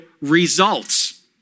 results